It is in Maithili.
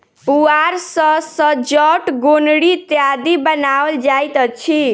पुआर सॅ सजौट, गोनरि इत्यादि बनाओल जाइत अछि